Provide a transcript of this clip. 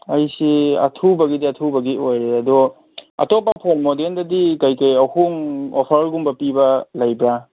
ꯑꯩꯁꯤ ꯑꯊꯨꯕꯒꯤꯗꯤ ꯑꯊꯨꯕꯒꯤ ꯑꯣꯏꯔꯦ ꯑꯗꯣ ꯑꯇꯣꯞꯄ ꯐꯣꯟ ꯃꯣꯗꯦꯜꯗꯗꯤ ꯀꯩꯀꯩ ꯑꯍꯣꯡ ꯑꯣꯐꯔꯒꯨꯝꯕ ꯄꯤꯕ ꯂꯩꯕ꯭ꯔ